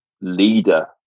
leader